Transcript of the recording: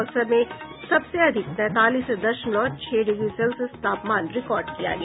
बक्सर में सबसे अधिक तैंतालीस दशमलव छह डिग्री सेल्सियस तापमान रिकॉर्ड किया गया